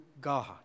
God